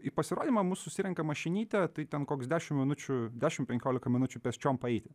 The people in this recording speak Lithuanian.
į pasirodymą mus susirenka mašinytė tai ten koks dešimt minučių dešimt penkiolika minučių pėsčiom paeiti